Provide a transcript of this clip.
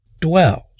dwells